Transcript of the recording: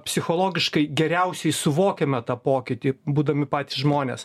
psichologiškai geriausiai suvokiame tą pokytį būdami patys žmonės